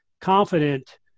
confident